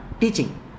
teaching